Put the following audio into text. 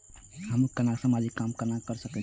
हमू केना समाजिक काम केना कर सके छी?